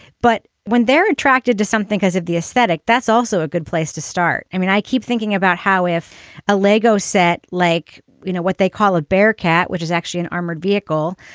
but when they're attracted to something because of the aesthetic, that's also a good place to start. i mean, i keep thinking about how if a lego set, like, you know, what they call a bearcat, which is actually an armored vehicle,